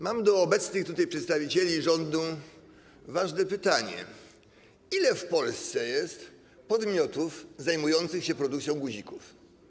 Mam do obecnych tutaj przedstawicieli rządu ważne pytanie: Ile w Polsce jest podmiotów zajmujących się produkcją guzików?